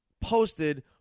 posted